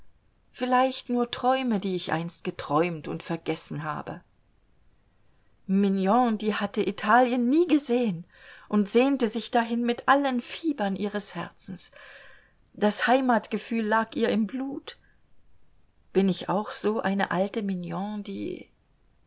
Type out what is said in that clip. vielleicht nur träume die ich einst geträumt und vergessen habe mignon die hatte italien nie gesehen und sehnte sich dahin mit allen fibern ihres herzens das heimatsgefühl lag ihr im blut bin ich auch so eine alte mignon die